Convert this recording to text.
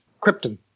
Krypton